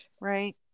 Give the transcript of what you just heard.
right